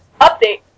update